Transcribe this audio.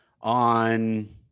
On